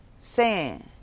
sand